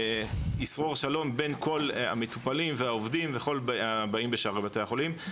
וישרור שלום בין כל המטופלים והעובדים וכל הבאים בשערי בתי החולים.